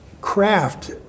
craft